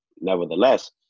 Nevertheless